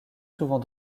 souvent